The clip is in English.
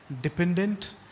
dependent